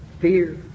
fear